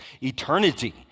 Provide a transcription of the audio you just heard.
eternity